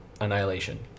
Annihilation